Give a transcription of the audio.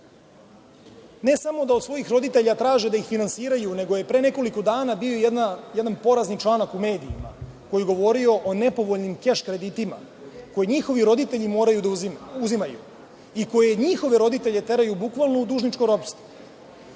ne samo da od svojih roditelja traže da ih finansiraju, nego je pre nekoliko dana bio jedan porazni članak u medijima koji je govorio o nepovoljnim keš kreditima koji njihovi roditelji moraju da uzimaju i koji njihove roditelje teraju bukvalno u dužničko ropstvo.